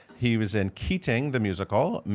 he was in keating the musical.